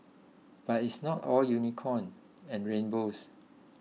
but it's not all unicorn and rainbows